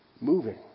moving